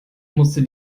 musste